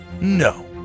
No